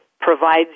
provides